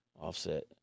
offset